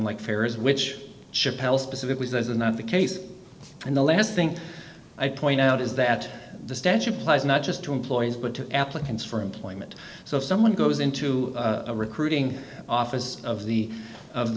like farrah's which schapelle specifically says is not the case and the last thing i point out is that the statute plays not just to employees but to applicants for employment so if someone goes into a recruiting office of the of the